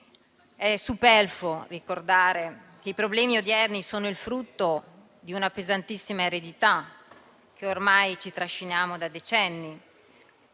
È superfluo ricordare che i problemi odierni sono il frutto di una pesantissima eredità che ormai ci trasciniamo da decenni.